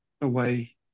away